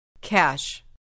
Cash